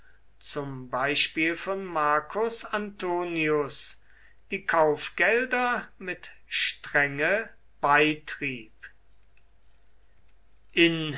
zum beispiel von marcus antonius die kaufgelder mit strenge bei in